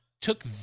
took